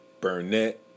Burnett